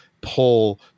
pull